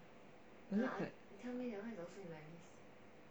was it cor~